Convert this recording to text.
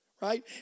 right